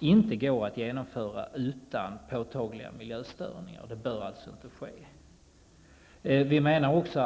inte går att genomföra utan påtagliga miljöstörningar. Det bör alltså inte ske någon prospektering och utvinning.